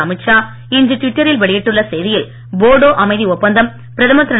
அமித் ஷா இன்று ட்விட்டரில் வெளியிட்டுள்ள செய்தியில் போடோ அமைதி ஒப்பந்தம் பிரதமர் திரு